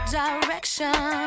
direction